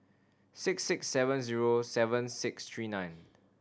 six six seven zero seven six three nine